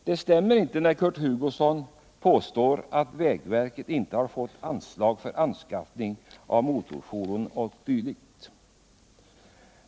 Det stämmer inte när Kurt Hugosson påstår att vägverket inte har fått anslag för anskaffning av motorfordon och dylikt.